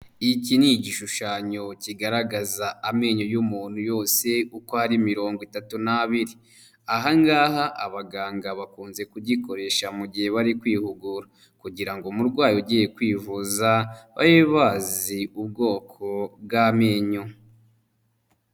Iki ni igishushanyo kigaragaza amenyo y'umuntu yose uko ari mirongo itatu n'abiri, aha ngaha abaganga bakunze kugikoresha mu gihe bari kwihugura kugira ngo umurwayi ugiye kwivuza babe bazi ubwoko bw'amenyo.